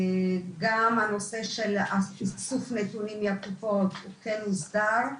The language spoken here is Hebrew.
גם הנושא של איסוף נתונים מהקופות כן נסגר,